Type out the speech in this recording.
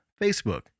Facebook